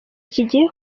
kigiye